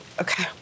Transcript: Okay